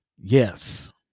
Yes